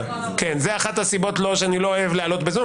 זו אחת הסיבות שאני לא אוהב להעלות בזום,